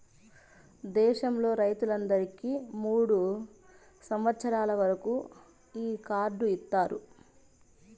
దేశంలో రైతులందరికీ మూడు సంవచ్చరాల వరకు ఈ కార్డు ఇత్తారు